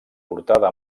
portada